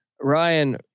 Ryan